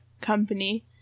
company